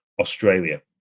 Australia